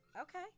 Okay